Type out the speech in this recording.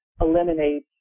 eliminate